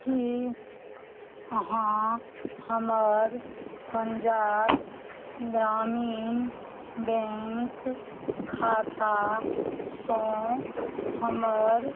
की अहाँ हमर पंजाब ग्रामीण बैंक खातासँ हमर